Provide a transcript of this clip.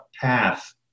path